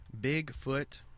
Bigfoot